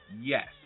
Yes